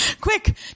Quick